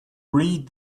read